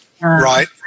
Right